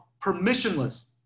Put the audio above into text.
permissionless